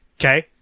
Okay